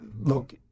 look